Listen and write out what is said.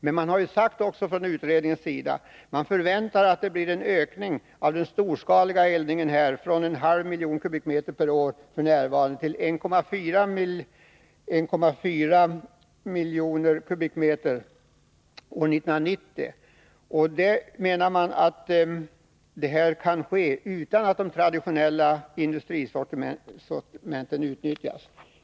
Men utredningen har också anfört, att man förväntar en ökning av den storskaliga eldningen från 0,5 miljoner m? år 1990. Man menar att det kanske är utan att det traditionella industrisortimentet utnyttjas.